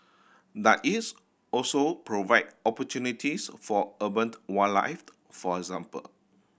does is also provide opportunities for urban wildlife for example